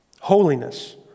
Holiness